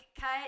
cut